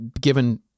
given